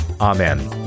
Amen